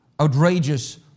outrageous